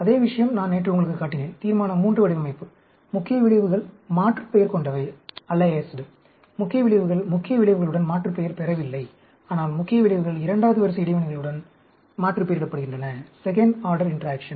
அதே விஷயம் நான் நேற்று உங்களுக்குக் காட்டினேன் தீர்மான III வடிவமைப்பு முக்கிய விளைவுகள் மாற்றுப்பெயர் கொண்டவை முக்கிய விளைவுகள் முக்கிய விளைவுகளுடன் மாற்றுப்பெயர் பெறவில்லை ஆனால் முக்கிய விளைவுகள் இரண்டாவது வரிசை இடைவினைகளுடன் மாற்றுப்பெயரிடப்படுகின்றன